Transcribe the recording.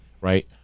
right